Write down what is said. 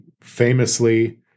Famously